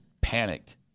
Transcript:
panicked